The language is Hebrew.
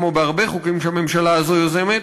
כמו בהרבה חוקים שהממשלה הזאת יוזמת,